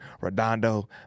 Redondo